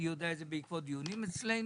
אני יודע את זה בעקבות דיונים אצלנו.